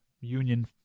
union